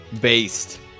Based